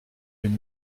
une